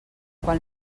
quan